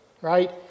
right